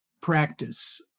practice